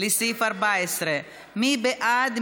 לסעיף 14. מי בעד?